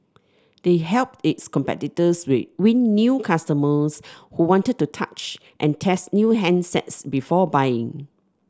they helped its competitors win new customers who wanted to touch and test new handsets before buying